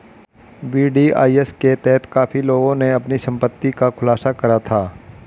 VDIS के तहत काफी लोगों ने अपनी संपत्ति का खुलासा करा था